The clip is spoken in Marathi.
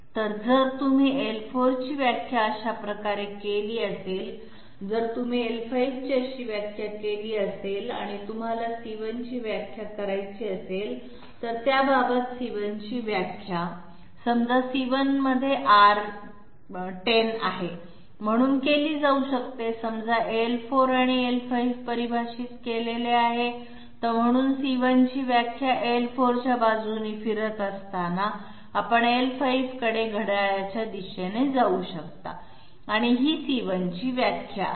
तर जर तुम्ही l4 ची व्याख्या अशा प्रकारे केली असेल जर तुम्ही l5 ची अशी व्याख्या केली असेल आणि तुम्हाला c1 ची व्याख्या करायची असेल तर त्या बाबत c1 ची व्याख्या समजा c1 मध्ये R10 आहे म्हणून केली जाऊ शकते समजा l4 आणि l5 परिभाषित केलेले आहे तर म्हणून c1 ची व्याख्या l4 च्या बाजूने फिरत असताना आपण l5 कडे घड्याळाच्या दिशेने जाऊ शकता ही c1 ची व्याख्या आहे